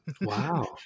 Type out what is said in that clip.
Wow